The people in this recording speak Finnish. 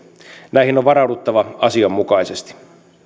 näihin on varauduttava asianmukaisesti